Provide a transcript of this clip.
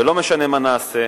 ולא משנה מה נעשה,